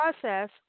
process